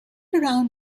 around